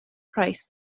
price